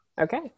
Okay